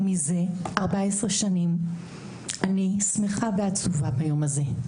ומזה 14 שנים אני שמחה ועצובה ביום הזה.